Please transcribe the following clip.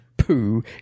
poo